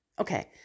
Okay